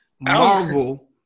Marvel